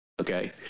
okay